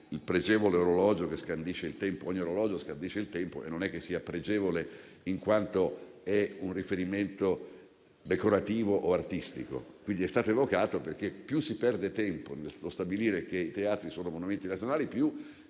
il pregevole orologio che scandisce il tempo. Ogni orologio scandisce il tempo e non è che sia pregevole in quanto è un riferimento decorativo o artistico. Quindi è stato evocato perché più si perde tempo nello stabilire che i teatri sono monumenti nazionali, più si perde